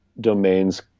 domains